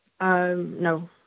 No